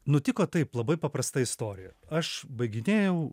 nutiko taip labai paprasta istorija aš baiginėjau